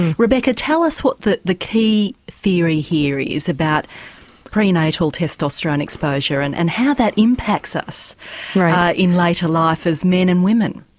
rebecca, tell us what the the key theory here is about pre-natal testosterone exposure and and how that impacts us in later life as men and women.